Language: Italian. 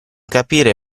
capire